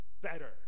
better